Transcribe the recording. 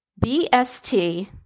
BST